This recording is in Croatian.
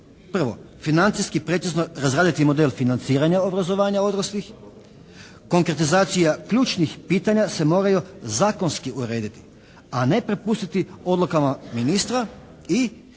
Prvo, financijski precizno razraditi model financiranja obrazovanja odraslih, konkretizacija ključnih pitanja se moraju zakonski urediti a ne prepustiti odlukama ministra i